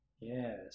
Yes